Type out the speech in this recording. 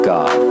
God